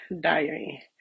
diary